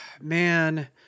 Man